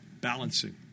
balancing